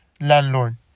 landlord